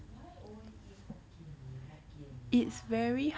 why always eat hokkien mee hokkien mee [one]